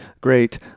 great